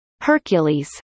Hercules